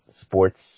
sports